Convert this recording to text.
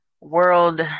world